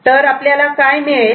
तर आपल्याला काय मिळेल